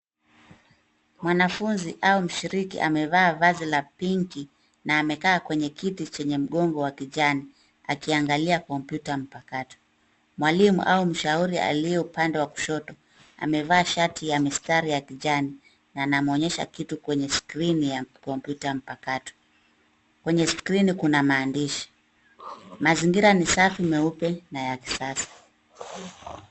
Mwanafunzi au mshiriki amevaa vazi la pinki na amekaa kwenye kiti chenye mgongo wa kijani akiangalia kompyuta mpakato. Mwalimu au mshauri aliye upande wa kushoto amevaa shati ya mistari ya kijani na anamwonyesha kitu kwenye skrini ya kompyuta mpakato. Kwenye skrini kuna maandishi. Mazingira ni safi meupe na ya kisasa.